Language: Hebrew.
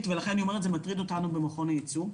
ולכן זה מטריד אותנו במכון הייצוא.